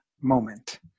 moment